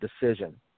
decision